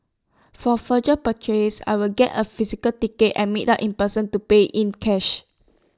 for future purchases I will get A physical ticket and meet up in person to pay in cash